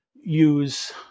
use